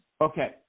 Okay